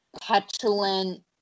petulant